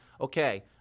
Okay